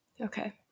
okay